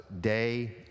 day